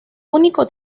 único